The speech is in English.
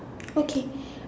okay